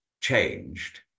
changed